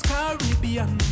Caribbean